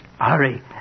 hurry